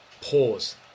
pause